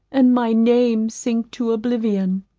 and my name sink to oblivion.